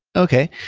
okay.